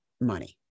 money